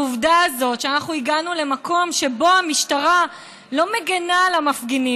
העובדה שאנחנו הגענו למקום שבו המשטרה לא מגינה על המפגינים